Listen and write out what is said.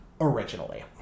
originally